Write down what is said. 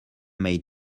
may